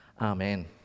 Amen